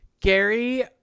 Gary